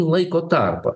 laiko tarpą